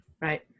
Right